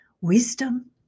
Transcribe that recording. Wisdom